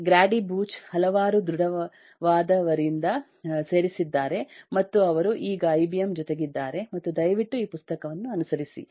ಗ್ರೇಡಿ Booch ಹಲವಾರು ದೃಢವಾದವರಿಂದ ಸೇರಿಸಿದ್ದಾರೆ ಮತ್ತು ಅವರು ಈಗ ಐಬಿಎಂ ಜೊತೆಗಿದ್ದಾರೆ ಮತ್ತು ದಯವಿಟ್ಟು ಈ ಪುಸ್ತಕವನ್ನು ಅನುಸರಿಸಿ